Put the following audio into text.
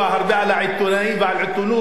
שהשבוע מדברים הרבה על העיתונאים ועל עיתונות,